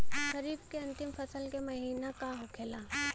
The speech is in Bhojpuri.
खरीफ के अंतिम फसल का महीना का होखेला?